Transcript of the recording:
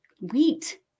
Wheat